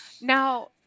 now